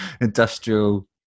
industrial